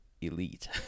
elite